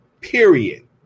Period